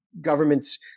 governments